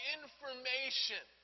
information